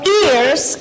ears